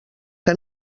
que